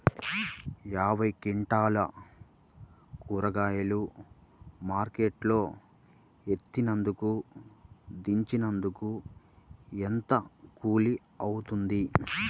యాభై క్వింటాలు కూరగాయలు మార్కెట్ లో ఎత్తినందుకు, దించినందుకు ఏంత కూలి అవుతుంది?